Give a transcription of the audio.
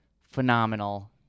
phenomenal